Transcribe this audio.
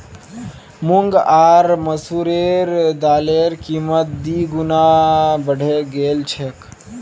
मूंग आर मसूरेर दालेर कीमत दी गुना बढ़े गेल छेक